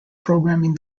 programming